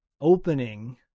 opening